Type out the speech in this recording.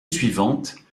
suivante